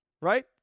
right